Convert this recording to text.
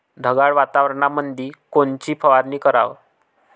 ढगाळ वातावरणामंदी कोनची फवारनी कराव?